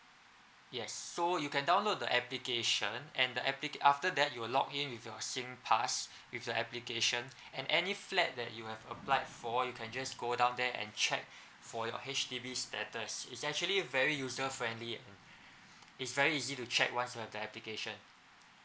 yes so you can download the application and the appli~ after that you will log in with your singpass with the application and any flat that you have applied for you can just go down there and check for your H_D_B's status it's actually very user friendly it's very easy to check once you have the application